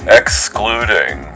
excluding